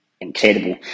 incredible